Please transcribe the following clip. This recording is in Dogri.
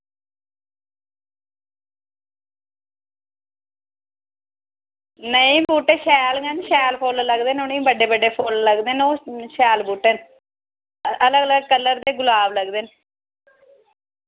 नेईं बूह्टे शैल गै न शैल फुल्ल लगदे न उ'नेंगी बड्डे बड्डे फुल्ल लगदे न ओह् शैल बूह्टे न अलग अलग कलर दे गलाब लगदे न